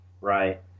right